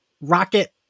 Rocket